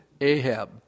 Ahab